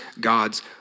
God's